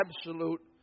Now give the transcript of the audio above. absolute